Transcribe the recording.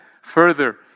Further